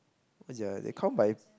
what is it ah they count by